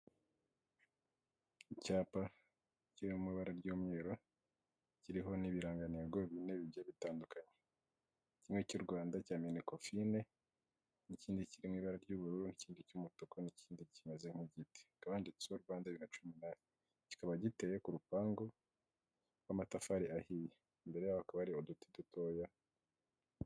Icyapa kirimo ibara ry'umweru, kiriho n'ibirangantego bine bigiye bitandukanye, kimwe cy'u Rwanda cya Minefofine n'ikindi kiri mu ibara ry'ubururu n'ikindi cy'umutuku n'ikindi kimeze nk'igiti, hakaba handitseho Rwanda bibiri na cumi n'umunani, kikaba giteye ku rupangu rw'amatafari ahiye, imbere yaho hakaba hari uduti dutoya.